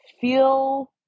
feel